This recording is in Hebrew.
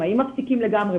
האם מפסיקים לגמרי,